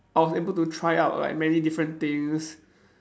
I was able to try out like many different things